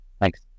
Thanks